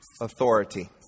authority